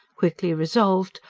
quickly resolved,